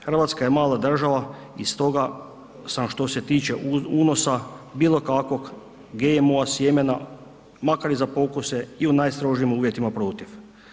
Hrvatska je mala država i stoga sam što se tiče unosa bilo kakvog GMO-a sjemena, makar i za pokuse i u najstrožim uvjetima, protiv.